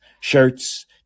shirts